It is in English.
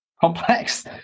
Complex